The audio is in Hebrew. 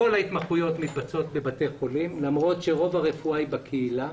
כל ההתמחויות מתבצעות בבתי חולים למרות שרוב הרפואה היא בקהילה.